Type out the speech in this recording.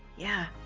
yeah,